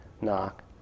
Knock